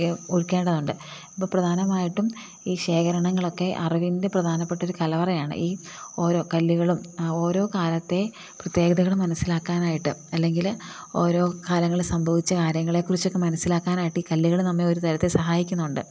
ഓർക്കേണ്ടതുണ്ട് അപ്പം പ്രധാനമായിട്ടും ഈ ശേഖരണങ്ങളൊക്കെ അറിവിൻ്റെ പ്രധാനപ്പെട്ട ഒരു കലവറയാണ് ഈ ഓരോ കല്ലുകളും ഓരോ കാലത്തെ പ്രത്യേകതകൾ മനസ്സിലാക്കാനായിട്ട് അല്ലെങ്കിൽ ഓരോ കാര്യങ്ങൾ സംഭവിച്ച കാര്യങ്ങളെ കുറിച്ചൊക്കെ മനസ്സിലാക്കാനായിട്ട് ഈ കല്ലുകൾ നമ്മെ ഒരു തരത്തിൽ സഹായിക്കുന്നുണ്ട്